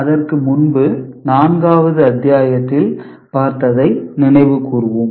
அதற்கு முன்பு நான்காவது அத்தியாயத்தில் பார்த்ததை நினைவு கூறுவோம்